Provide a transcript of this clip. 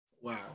Wow